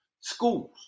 Schools